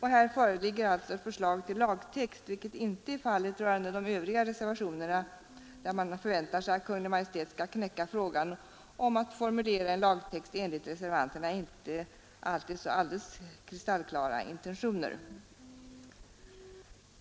Här föreligger alltså ett förslag till lagtext, vilket inte är fallet rörande de övriga reservationerna, där man förväntar sig att Kungl. Maj:t skall knäcka frågan om att formulera en lagtext enligt reservanternas inte alltid så kristallklara intentioner.